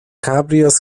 cabrios